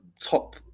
top